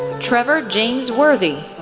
trevor james worthy,